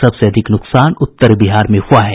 सबसे अधिक नुकसान उत्तर बिहार में हुआ है